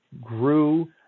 grew